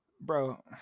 bro